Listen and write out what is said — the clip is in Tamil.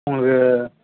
உங்களுக்கு